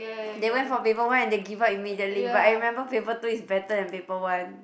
they went for paper one and they give up immediately but I remember paper two is better than paper one